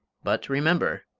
but, remember,